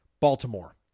Baltimore